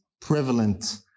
prevalent